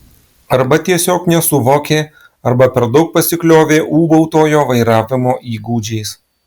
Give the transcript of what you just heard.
arba tiesiog nesuvokė arba per daug pasikliovė ūbautojo vairavimo įgūdžiais